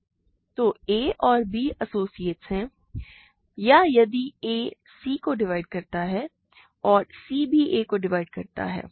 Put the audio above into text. तो a और b associates हैं या यदि a c को डिवाइड करता है और c भी a को डिवाइड करता है